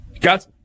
Got